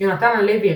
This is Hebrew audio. יונתן הלוי,